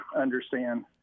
understand